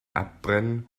abbrennen